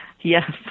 Yes